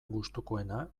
gustukoena